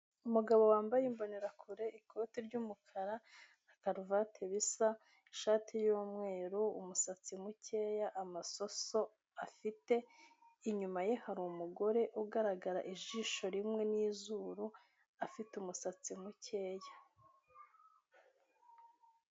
Umugabo wambaye imboneneraku, ikoti ry'umukara na karuvati bisa, ishati y'umweru umusatsi mukeya, amasoso afite, inyuma ye hari umugore ugaragara ijisho rimwe n'izuru, afite umusatsi mukeya.